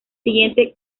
siguiente